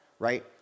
right